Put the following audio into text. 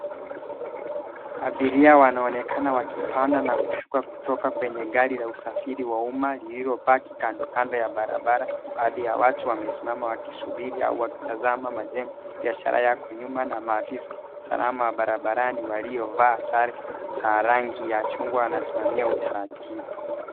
Abiria wanaonekana wakipanda na kushuka kutoka kwenye gari la usafiri wa umma lililopaki kando kando ya barabara. Baadhi ya watu wamesimama wakisubiri au wakitazama majengo. Biashara yako nyuma na maafisa wa usalama wa barabarani waliovaa sare za rangi ya chungwa, wanasimamia utaratibu.